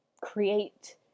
create